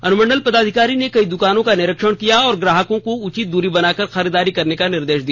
अनुमंडल पदाधिकारी ने कई दुकानों का निरीक्षण किया और ग्राहकों को उचित दूरी बनाकर खरीदारी करने का निर्देश दिया